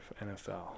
NFL